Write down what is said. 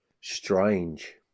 Strange